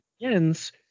Begins